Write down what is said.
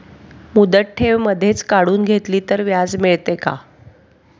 मुदत ठेव मधेच काढून घेतली तर व्याज मिळते का?